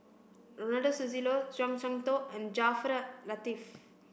Ronald Susilo Zhuang Shengtao and Jaafar Latiff